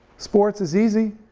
sports is easy,